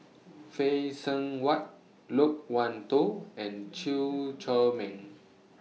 Phay Seng Whatt Loke Wan Tho and Chew Chor Meng